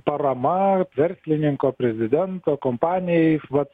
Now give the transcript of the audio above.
parama verslininko prezidento kompanijai vat